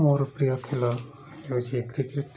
ମୋର ପ୍ରିୟ ଖେଳ ହେଉଛି କ୍ରିକେଟ